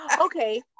okay